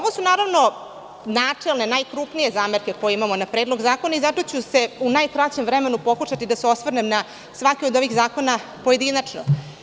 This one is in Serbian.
Naravno, ovo su načelne, najkrupnije zamerke koje imamo na Predlog zakona i zato ću u najkraćem vremenu pokušati da se osvrnem na svaki od ovih zakona pojedinačno.